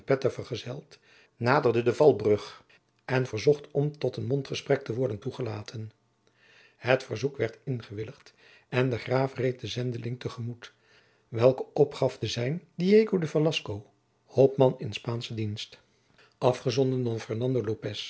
vergezeld naderde de valbrug en verzocht om tot een mondgesprek te worden toegelaten het verzoek werd ingewilligd en de graaf reed den zendeling te gemoet welke opgaf te zijn diego de velasco hopman in spaansche dienst afgezonden door